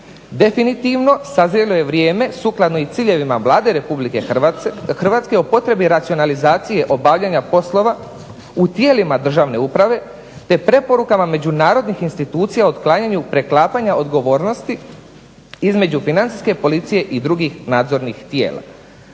definitivno, sazrelo je vrijeme sukladno i ciljevima Vlade Republike Hrvatske o potrebi racionalizacije obavljanja poslova u tijelima državne uprave, te preporukama međunarodnih institucija otklanjanju preklapanja odgovornosti između Financijske policije i drugih nadzornih tijela.